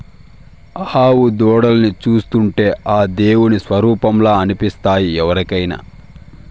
ఆవు దూడల్ని చూస్తుంటే ఆ దేవుని స్వరుపంలా అనిపిస్తాయి ఎవరికైనా